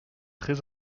très